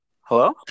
Hello